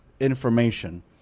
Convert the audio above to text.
information